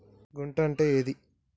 గుంట అంటే ఏంది?